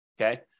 Okay